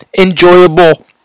enjoyable